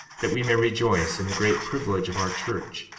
that we may rejoice in the great privilege of our church,